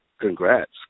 congrats